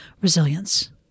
resilience